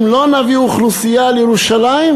אם לא נביא אוכלוסייה לירושלים,